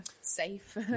safe